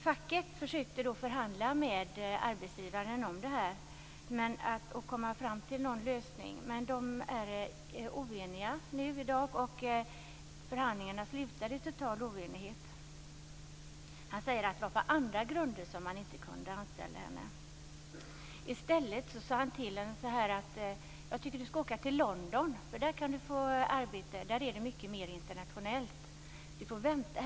Facket försökte då att förhandla med arbetsgivaren för att komma fram till en lösning, men förhandlingarna slutade i total oenighet. Hotellchefen säger att det var på andra grunder som han inte kunde anställa den unga kvinnan. I stället sade han till henne: Jag tycker att du skall åka till London. Där är det mycket mer internationellt så där kan du få arbete.